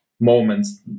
moments